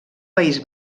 país